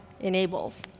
enables